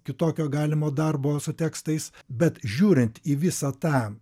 kitokio galimo darbo su tekstais bet žiūrint į visą tą